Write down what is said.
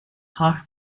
half